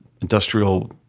industrial